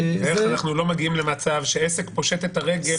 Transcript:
איך אנחנו לא מגיעים למצב שעסק פושט את הרגל,